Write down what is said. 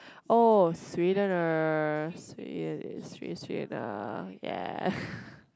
oh sweetener sweet sweet sweet uh yeah